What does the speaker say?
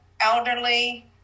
elderly